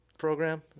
Program